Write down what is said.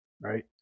Right